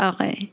Okay